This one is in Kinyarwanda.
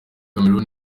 cameron